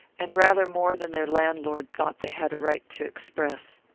and rather more than their landlord thought they had a right to express.